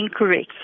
incorrect